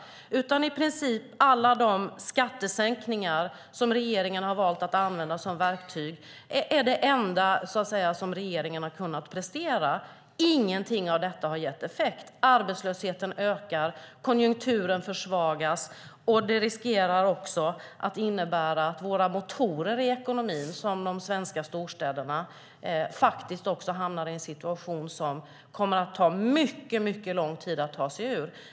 Det enda som regeringen har kunnat prestera är i princip alla de skattesänkningar som regeringen har valt att använda som verktyg. Ingenting av detta har gett effekt. Arbetslösheten ökar. Konjunkturen försvagas. Det riskerar också att innebära att våra motorer i ekonomin, de svenska storstäderna, hamnar i en situation som det kommer att ta mycket lång tid att ta sig ur.